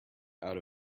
out